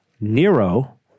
Nero